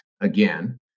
again